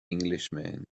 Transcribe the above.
englishman